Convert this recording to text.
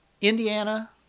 Indiana